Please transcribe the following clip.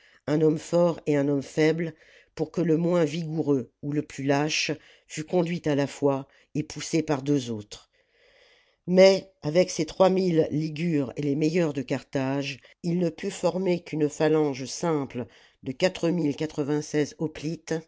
un homme fort et un homme faible pour que le moins vigoureux ou le plus lâche fût conduit à la fois et poussé par deux autres mais avec ses trois mille ligures et les meilleurs de carthage il ne put former qu'une phalange simple de